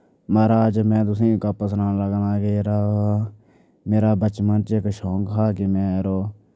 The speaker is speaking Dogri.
मा'राज में तुसें ई गप्प सनान लगां आं कि जेह्ड़ा मेरा बचपन च इक शौक हा कि में जरो